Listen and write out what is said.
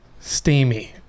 steamy